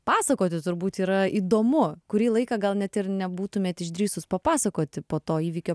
pasakoti turbūt yra įdomu kurį laiką gal net ir nebūtumėt išdrįsus papasakot po to įvykio